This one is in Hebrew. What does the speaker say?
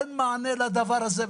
אין מענה לדבר הזה,